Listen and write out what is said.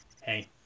hey